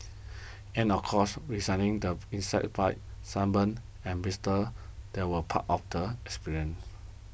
and of course resigning the insect bites sunburn and blisters that were part of the experience